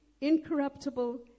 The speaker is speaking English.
incorruptible